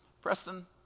Preston